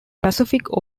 pacific